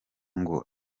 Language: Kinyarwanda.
ngo